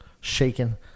Shaking